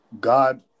God